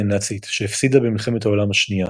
הנאצית שהפסידה במלחמת העולם השנייה.